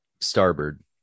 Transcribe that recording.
Starboard